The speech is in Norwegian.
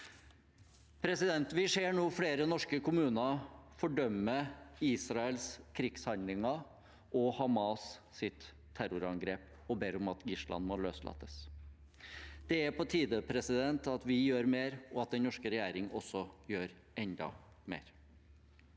henrettelse. Vi ser nå flere norske kommuner fordømme Israels krigshandlinger og Hamas’ terrorangrep og ber om at gislene må løslates. Det er på tide at vi gjør mer, og at den norske regjering også gjør enda mer.